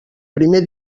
primer